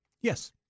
Yes